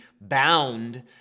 bound